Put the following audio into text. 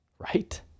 right